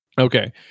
Okay